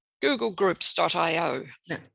googlegroups.io